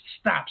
stop